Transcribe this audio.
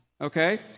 okay